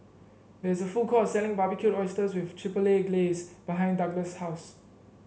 there is a food court selling Barbecued Oysters with Chipotle Glaze behind Douglas' house